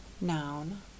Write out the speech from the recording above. noun